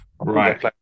Right